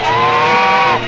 oh